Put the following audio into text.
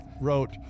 wrote